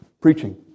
preaching